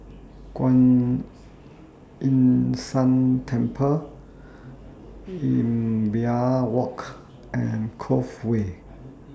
Kuan Yin San Temple Imbiah Walk and Cove Way